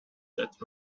that